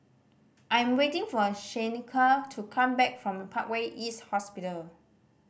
I am waiting for Shaneka to come back from Parkway East Hospital